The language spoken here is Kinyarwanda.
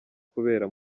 kubera